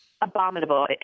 abominable